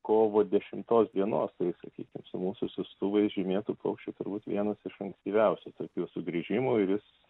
kovo dešimtos dienos tai sakykim su mūsų siųstuvais žymėtų paukščių turbūt vienas iš ankstyviausių tarp jų sugrįžimų ir jis